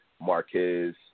Marquez